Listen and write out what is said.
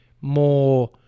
more